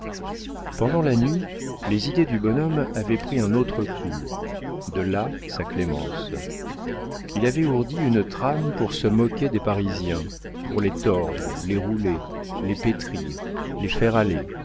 pendant la nuit les idées du bonhomme avaient pris un autre cours de là sa clémence il avait ourdi une trame pour se moquer des parisiens pour les tordre les rouler les pétrir les faire aller